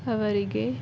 ಅವರಿಗೆ